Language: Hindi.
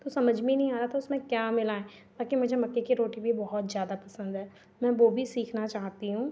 तो समझ में ही नहीं आ रहा था उसमें क्या मिलाएँ बाक़ी मुझे मक्के की रोटी भी बहुत ज़्यादा पसंद है मैं वह भी सीखना चाहती हूँ